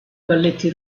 balletti